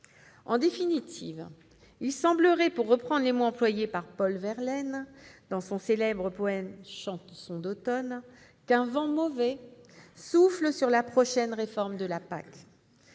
En définitive, il semblerait, pour reprendre les mots employés par Paul Verlaine dans son célèbre poème, qu'un vent mauvais souffle sur la prochaine réforme de la PAC.